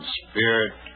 spirit